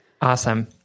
Awesome